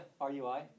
RUI